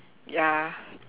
ya